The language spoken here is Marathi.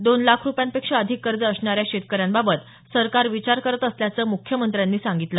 दोन लाख रुपयांपेक्षा अधिक कर्ज असणाऱ्या शेतकऱ्यांबाबत सरकार विचार करत असल्याचं मुख्यमंत्र्यांनी सांगितलं